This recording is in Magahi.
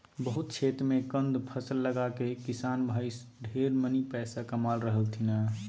बहुत क्षेत्र मे कंद फसल लगाके किसान भाई सब ढेर मनी पैसा कमा रहलथिन हें